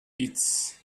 eat